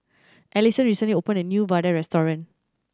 Alisson recently opened a new vadai restaurant